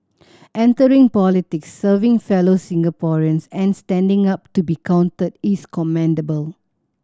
entering politics serving fellow Singaporeans and standing up to be counted is commendable